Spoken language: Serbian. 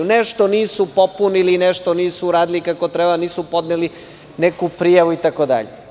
Nešto nisu popunili, nešto nisu uradili kako treba, nisu podneli neku prijavu itd.